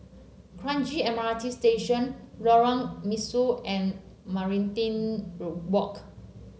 Kranji M R T Station Lorong Mesu and Walk